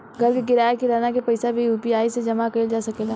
घर के किराया, किराना के पइसा भी यु.पी.आई से जामा कईल जा सकेला